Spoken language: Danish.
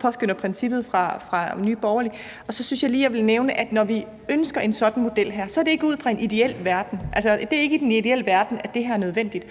påskønner princippet fra Nye Borgerlige. Og så synes jeg, jeg lige vil nævne, at når vi ønsker en model som den her, er det ikke ud fra en ideel verden. Altså, det er ikke i den ideelle verden, at det her er nødvendigt.